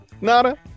Nada